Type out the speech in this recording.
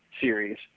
series